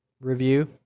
review